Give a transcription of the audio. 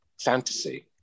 fantasy